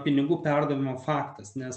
pinigų perdavimo faktas nes